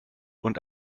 und